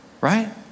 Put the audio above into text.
right